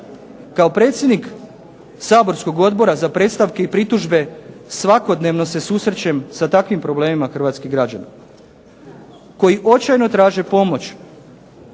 Kao predsjednik saborskog Odbora za predstavke i pritužbe svakodnevno se susrećem sa takvim problemima hrvatskih građana koji očajno traže pomoć